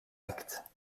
acte